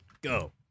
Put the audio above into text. go